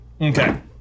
Okay